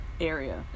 Area